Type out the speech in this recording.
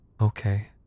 Okay